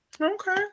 Okay